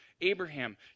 Abraham